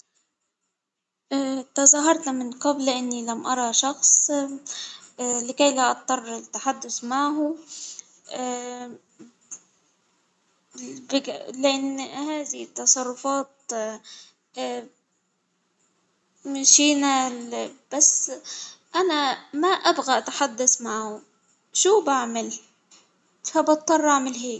اه تظاهرت من قبل إني لم أرة شخص لكي لا أضطر للتحدث معه لأن هذه تصرفات مشينا بس أنا ما ابغى أتحدث معه، شو بعمل؟ فبضطر أعمل هيك.